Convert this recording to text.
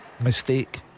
Mistake